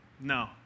No